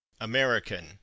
American